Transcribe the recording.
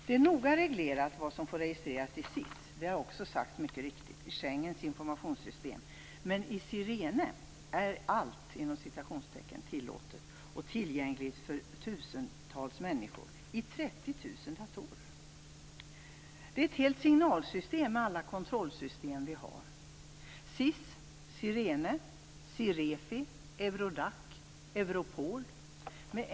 Det är noga reglerat vad som får registreras i SIS. Det har också mycket riktigt sagts i Schengens informationssystem. Men i SIRENE är "allt" som finns i 30 000 datorer tillåtet och tillgängligt för tusentals människor. Det är ett helt signalsystem med alla kontrollsystem som vi har - SIS, SIRENE, Cirefi, Eurodac och Europol.